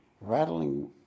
rattling